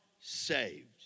saved